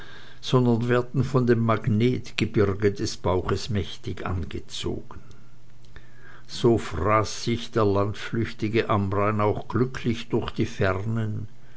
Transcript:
sondern werden von dem magnetgebirge des bauches mächtig angezogen so fraß sich der landflüchtige amrain auch glücklich durch die fernen